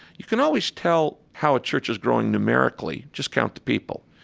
you can always tell how a church is growing numerically. just count the people.